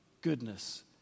goodness